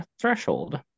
threshold